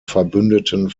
verbündeten